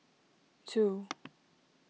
two